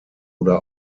oder